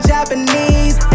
Japanese